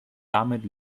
damit